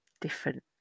different